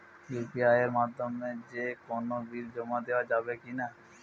UPI এর মাধ্যমে যে কোনো বিল জমা দেওয়া যাবে কি না?